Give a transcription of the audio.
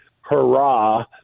hurrah